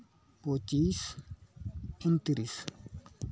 ᱯᱚᱸᱪᱤᱥ ᱩᱱᱛᱨᱤᱥ